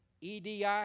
EDI